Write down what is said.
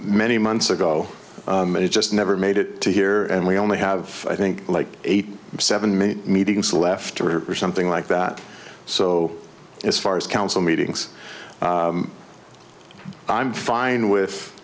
many months ago and it just never made it to here and we only have i think like eighty seven many meetings left or something like that so as far as council meetings i'm fine with